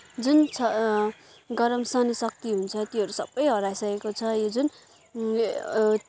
जुन छ गरम सहने शक्ति हुन्छ त्योहरू सबै हराइसकेको छ यो जुन